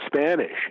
Spanish